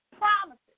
promises